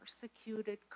persecuted